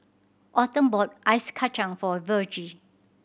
Autumn bought Ice Kachang for Virgie